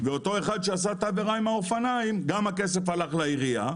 ואותו אחד שעשה את העבירה עם האופניים - גם הכסף הלך לעירייה,